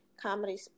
comedy